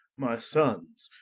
my sonnes,